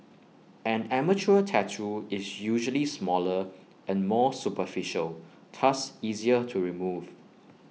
an amateur tattoo is usually smaller and more superficial thus easier to remove